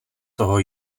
toho